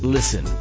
Listen